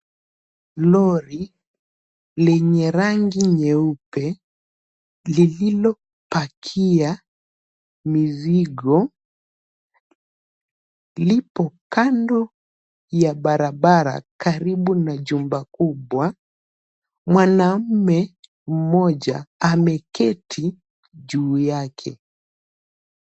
Lori lenye rangi nyeupe lililopakia mizigo, lipo kando ya barabara karibu na jumba kubwa. Mwanaume mmoja ameketi juu yake.